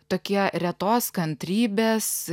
tokie retos kantrybės